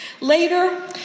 Later